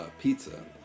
Pizza